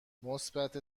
مثبت